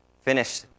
finish